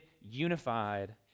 unified